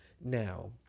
now